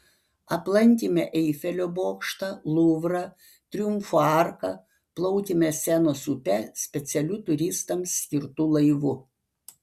aplankėme eifelio bokštą luvrą triumfo arką plaukėme senos upe specialiu turistams skirtu laivu